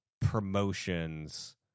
promotions